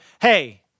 hey